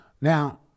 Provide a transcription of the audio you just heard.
Now